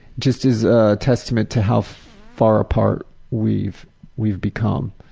just as a testament to how far apart we've we've become.